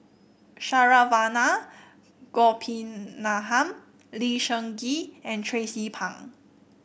Saravanan Gopinathan Lee Seng Gee and Tracie Pang